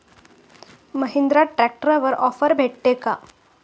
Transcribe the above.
महिंद्रा ट्रॅक्टरवर ऑफर भेटेल का?